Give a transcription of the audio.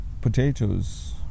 potatoes